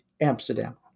Amsterdam